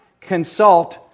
consult